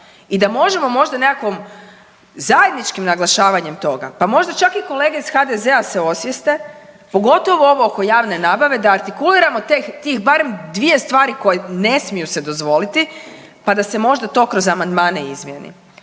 i da možemo možda nekakvom zajedničkim naglašavanjem toga, pa možda čak i kolege iz HDZ-a se osvijeste, pogotovo ovo oko javne nabave, da artikuliramo tih barem dvije stvari koje ne smiju se dozvoliti, pa da se možda to kroz amandmane izmijeni.